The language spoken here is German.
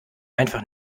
einfach